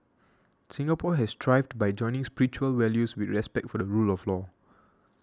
Singapore has thrived by joining spiritual values with respect for the rule of law